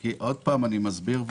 אני מסביר,